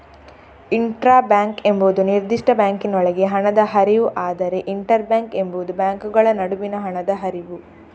intra bank ಎಂಬುದು ನಿರ್ದಿಷ್ಟ ಬ್ಯಾಂಕಿನೊಳಗೆ ಹಣದ ಹರಿವು, ಆದರೆ ಇಂಟರ್ ಬ್ಯಾಂಕ್ ಎಂಬುದು ಬ್ಯಾಂಕುಗಳ ನಡುವಿನ ಹಣದ ಹರಿವು